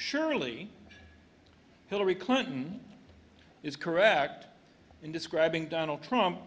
surely hillary clinton is correct in describing donald trump